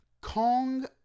Kong